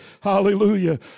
Hallelujah